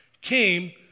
came